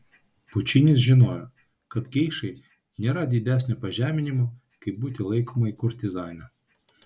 pučinis žinojo kad geišai nėra didesnio pažeminimo kaip būti laikomai kurtizane